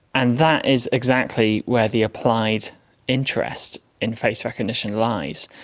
and that is exactly where the applied interest in face recognition lies.